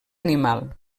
animal